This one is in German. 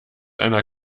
einer